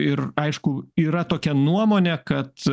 ir aišku yra tokia nuomonė kad